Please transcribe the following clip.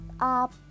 up